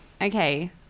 Okay